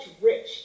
rich